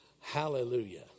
Hallelujah